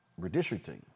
Redistricting